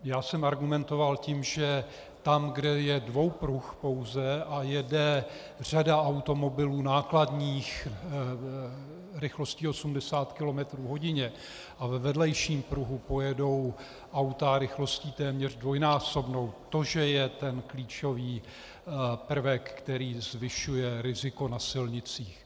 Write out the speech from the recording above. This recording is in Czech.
Já jsem argumentoval tím, že tam, kde je dvoupruh pouze a jede řada automobilů nákladních rychlostí 80 km/h a ve vedlejším pruhu pojedou auta rychlostí téměř dvojnásobnou, to že je ten klíčový prvek, který zvyšuje riziko na silnicích.